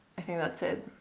i think that's it.